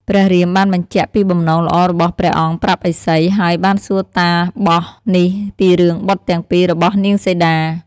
ព្រះរាមបានបញ្ជាក់ពីបំណងល្អរបស់ព្រះអង្គប្រាប់ឥសី ហើយបានសួរតាបសនេះពីរឿងបុត្រទាំងពីររបស់ នាងសីតា។